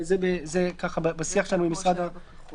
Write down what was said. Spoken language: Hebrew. זה ככה בשיח שלנו עם משרד המשפטים.